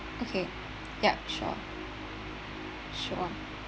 okay ya sure sure